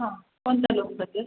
हं कोणतं लोन पाहिजे